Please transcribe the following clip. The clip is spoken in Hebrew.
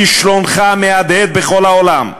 כישלונך מהדהד בכל העולם,